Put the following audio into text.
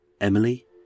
Emily